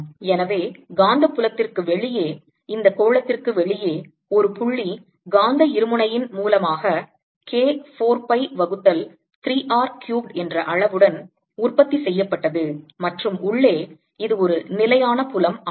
எனவே காந்தப்புலத்திற்கு வெளியே இந்த கோளத்திற்கு வெளியே ஒரு புள்ளி காந்த இருமுனை இன் மூலமாக K 4 pi வகுத்தல் 3 R க்யூப்ட் என்ற அளவுடன் உற்பத்தி செய்யப்பட்டது மற்றும் உள்ளே இது ஒரு நிலையான புலம் ஆகும்